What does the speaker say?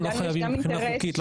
אם לא חייבים מבחינה חוקית,